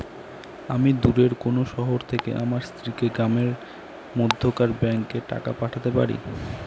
আমি দূরের কোনো শহর থেকে আমার স্ত্রীকে গ্রামের মধ্যেকার ব্যাংকে টাকা পাঠাতে পারি?